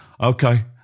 okay